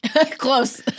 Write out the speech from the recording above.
Close